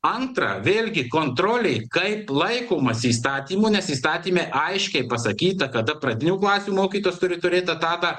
antra vėlgi kontrolė kaip laikomasi įstatymų nes įstatyme aiškiai pasakyta kada pradinių klasių mokytojas turi turėt etatą